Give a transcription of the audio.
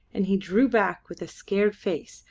and he drew back with a scared face,